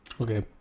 Okay